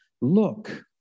Look